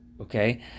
Okay